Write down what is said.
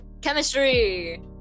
Chemistry